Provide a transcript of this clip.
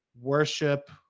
Worship